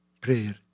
prayer